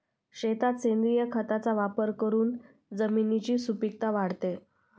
शेतात सेंद्रिय खताचा वापर करून जमिनीची सुपीकता वाढते